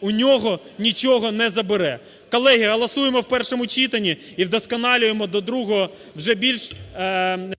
у нього нічого не забере. Колеги, голосуємо у першому читанні і вдосконалюємо до другого вже більш… ГОЛОВУЮЧИЙ.